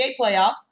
playoffs